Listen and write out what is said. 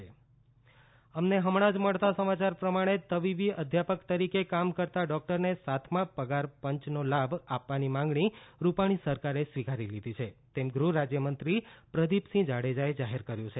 ગૃહરાજ્યમંત્રી પ્રદિ પસિંહ જાડેજા બેઠક તબીબી અધ્યાપક તરીકે કામ કરતાં ડોક્ટરને સાતમા પગાર પાંચનો લાભ આપવાની માંગણી રૂપાણી સરકારે સ્વીકારી લીધી છે તેમ ગૃહ રાજ્યમંત્રી પ્રદીપસિંહ જાડેજાએ જાહેર કર્યું છે